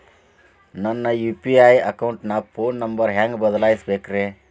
ನನ್ನ ಯು.ಪಿ.ಐ ಅಕೌಂಟಿನ phone number ಹೆಂಗ್ ಬದಲಾಯಿಸ ಬೇಕ್ರಿ?